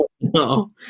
No